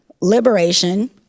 liberation